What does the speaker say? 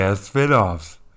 spin-offs